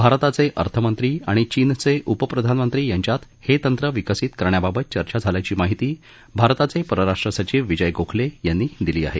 भारताचे अर्थमंत्री आणि चीनचे उप प्रधानमंत्री यांच्यात हे तंत्र विकसित करण्याबाबत चर्चा झाल्याची माहिती भारताचे परराष्ट्र सचिव विजय गोखले यांनी दिली आहे